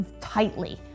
tightly